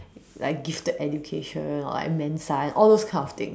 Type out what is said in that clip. like gifted education or like Mensa and all those kind of things